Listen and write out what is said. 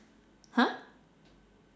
!huh!